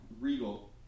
Regal